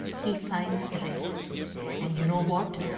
he finds the rest and you know what,